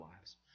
lives